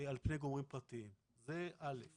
אלא